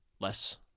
less